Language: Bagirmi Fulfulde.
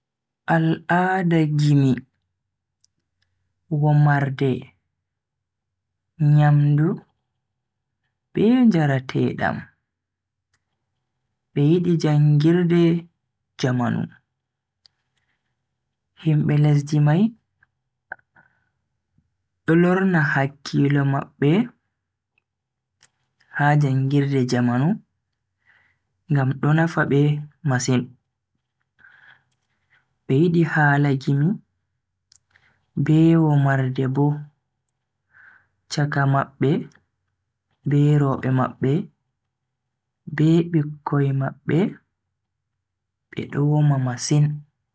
Al'ada gimi, womarde, nyamdu be njaratedam be yidi jangirde jamanu. Himbe lesdi mai do lorna hakkilo mabbe ha jangirde jamanu ngam do nafa be masin. Be yidi hala gimi be womarde bo chaka mabbe be roobe mabbe be bikkoi mabbe bedo woma masin.